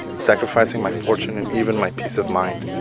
sacrificing my fortune and even my peace of mind.